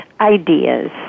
ideas